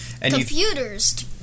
Computers